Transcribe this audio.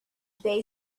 they